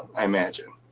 i imagine.